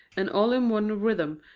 and all in one rhythm.